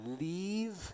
leave